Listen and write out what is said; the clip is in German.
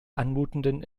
anmutenden